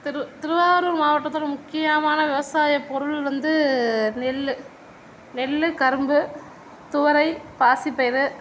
திரு திருவாரூர் மாவட்டத்தில் முக்கியமான விவசாய பொருள் வந்து நெல் நெல் கரும்பு துவரை பாசிப்பயிறு